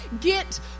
get